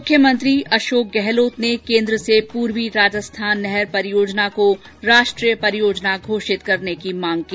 मुख्यमंत्री अशोक गहलोत ने केन्द्र से पूर्वी राजस्थान नहर परियोजना को राष्ट्रीय परियोजना घोषित करने की मांग की